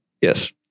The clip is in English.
Yes